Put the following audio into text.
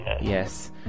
Yes